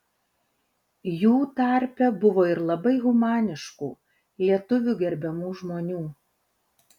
jų tarpe buvo ir labai humaniškų lietuvių gerbiamų žmonių